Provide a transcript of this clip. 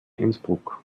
innsbruck